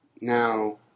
Now